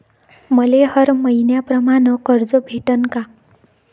मले हर मईन्याप्रमाणं कर्ज भेटन का?